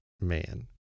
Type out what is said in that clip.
man